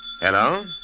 Hello